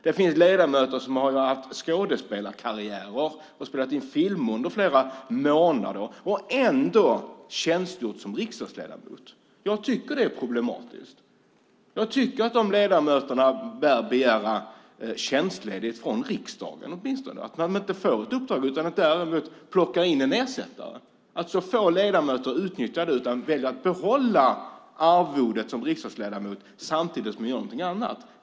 Det finns ledamöter som har haft skådespelarkarriärer och spelat in filmer under flera månader och ändå tjänstgjort som riksdagsledamot. Jag tycker att det är problematiskt. Jag tycker att de ledamöterna åtminstone bör begära tjänstledigt från riksdagen och att man inte ska få ta ett uppdrag utan att plocka in en ersättare. Det är få ledamöter som utnyttjar det, utan de väljer att behålla arvodet som riksdagsledamot samtidigt som de gör någonting annat.